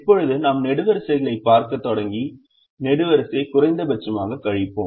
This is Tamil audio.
இப்போது நாம் நெடுவரிசைகளைப் பார்க்கத் தொடங்கி நெடுவரிசையை குறைந்தபட்சமாகக் கழிப்போம்